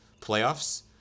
playoffs